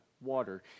Water